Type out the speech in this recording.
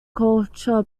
culture